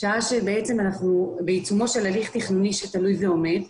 שעה שבעצם אנחנו בעיצומו של הליך תכנוני שתלוי ועומד.